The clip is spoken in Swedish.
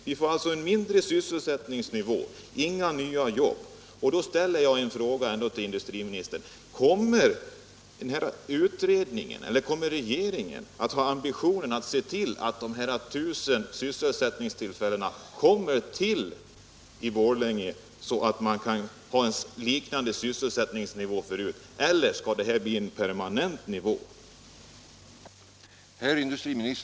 Vi får alltså en lägre sys — industrin selsättningsnivå, inga nya jobb, och jag vill ställa en fråga till industriministern: Kommer utredningen eller regeringen att ha ambitionen att se till att 1000 sysselsättningstillfällen kommer till i Borlänge, så att sysselsättningsnivån kan vara som förut, eller skall den nuvarande nivån bli permanent?